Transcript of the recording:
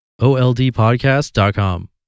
oldpodcast.com